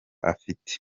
afite